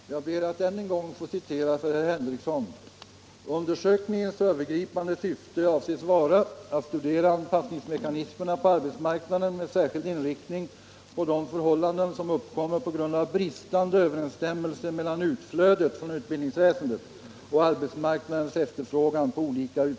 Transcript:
Herr talman! Jag ber att ännu en gång få citera följande passus för herr Henrikson: ”Undersökningens övergripande syfte avses vara att studera anpass olika utbildningsgrupper.” itne nte Detta har utskottet citerat ur statistiska centralbyråns petita.